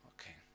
Okay